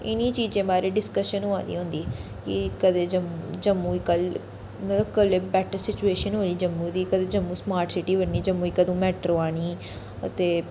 इनें चीजे बारै डिस्कशन होआ दी होंदी कि कदें जम्मू जम्मू कल मतलब कल बट सिचयुेशन होनी जम्मू दी कदूं जम्मू स्मार्ट सिटी बननी जम्मू च कदूं मैट्रो आनी ते